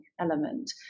element